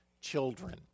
children